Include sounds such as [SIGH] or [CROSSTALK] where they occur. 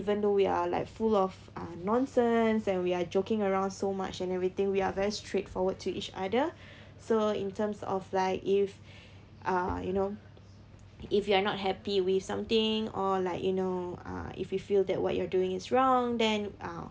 even though we are like full of uh nonsense and we are joking around so much and everything we are very straightforward to each other [BREATH] so in terms of like if [BREATH] uh you know if you are not happy with something or like you know uh if you feel that what you are doing is wrong then